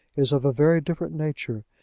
is of a very different nature,